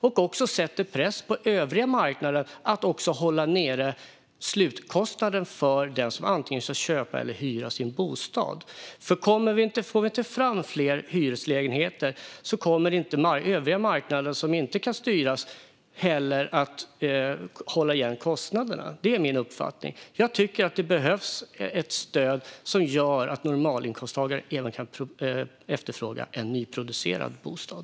Det sätter också press på övriga marknaden att hålla nere slutkostnaden för den som antingen ska köpa eller hyra sin bostad. Får vi inte fram fler hyreslägenheter kommer inte övriga marknaden som inte kan styras heller att hålla igen kostnaderna. Det är min uppfattning. Jag tycker att det behövs ett stöd som gör att normalinkomsttagare även kan efterfråga en nyproducerad bostad.